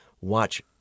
watch